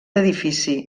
edifici